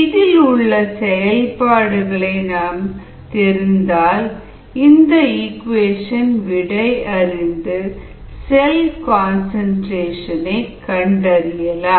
இதிலுள்ள செயல்பாடுகள் தெரிந்தால் நாம் இந்த இக்குவேஷன் விடை அறிந்து செல் கன்சன்ட்ரேஷன் கண்டறியலாம்